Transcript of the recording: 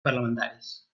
parlamentaris